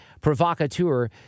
provocateur